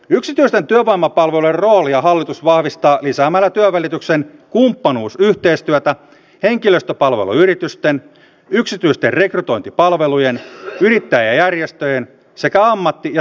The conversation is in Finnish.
yksityisten työvoimapalveluiden roolia hallitus vahvistaa lisäämällä työnvälityksen kumppanuusyhteistyötä henkilöstöpalveluyritysten yksityisten rekrytointipalvelujen yrittäjäjärjestöjen sekä ammatti ja toimialaliittojen kanssa